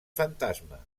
fantasma